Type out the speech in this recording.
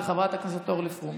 של חברת הכנסת אורלי פרומן.